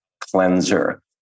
cleanser